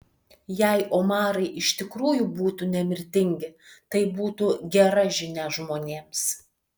jei omarai iš tikrųjų būtų nemirtingi tai būtų gera žinia žmonėms